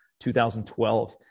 2012